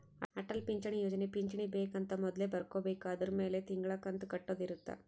ಅಟಲ್ ಪಿಂಚಣಿ ಯೋಜನೆ ಪಿಂಚಣಿ ಬೆಕ್ ಅಂತ ಮೊದ್ಲೇ ಬರ್ಕೊಬೇಕು ಅದುರ್ ಮೆಲೆ ತಿಂಗಳ ಕಂತು ಕಟ್ಟೊದ ಇರುತ್ತ